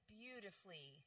beautifully